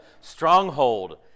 stronghold